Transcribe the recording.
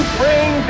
bring